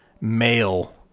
male